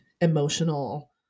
emotional